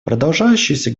продолжающийся